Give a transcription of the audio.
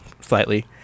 slightly